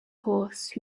horse